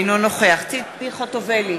אינו נוכח ציפי חוטובלי,